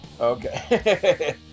okay